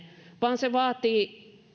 vaan se vaatii